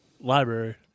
library